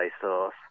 sauce